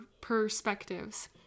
perspectives